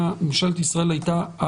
אני עושה את זה בלב כבד.